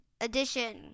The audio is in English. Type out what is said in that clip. addition